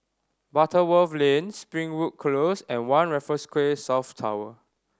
Butterworth Lane Springwood Close and One Raffles Quay South Tower